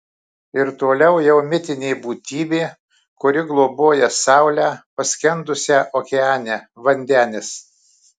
ir toliau jau mitinė būtybė kuri globoja saulę paskendusią okeane vandenis